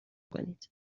کنید